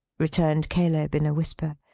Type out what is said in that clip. returned caleb in a whisper.